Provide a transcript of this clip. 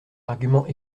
arguments